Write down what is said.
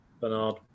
Bernard